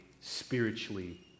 spiritually